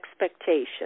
Expectations